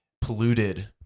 polluted